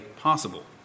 possible